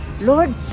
Lord